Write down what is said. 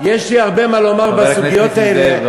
יש לי הרבה מה לומר בסוגיות האלה.